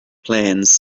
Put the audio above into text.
plans